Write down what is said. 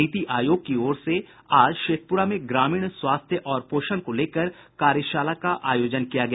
नीति आयोग की ओर से आज शेखप्रा में ग्रामीण स्वास्थ्य और पोषण को लेकर कार्यशाला का आयोजन किया गया